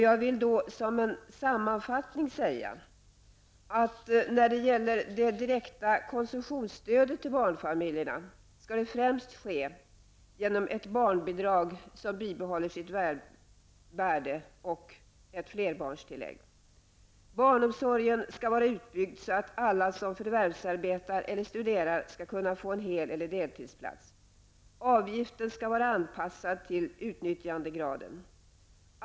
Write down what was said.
Jag vill då som sammanfattning säga att det direkta konsumtionsstödet till barnfamiljerna skall ges främst genom ett barnbidrag som bibehåller sitt värde och ett flerbarnstillägg. Barnomsorgen skall vara utbyggd så att alla som förvärvsarbetar eller studerar skall kunna få en hel eller deltidsplats. Avgiften skall vara anpassad till utnyttjandegraden.